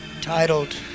titled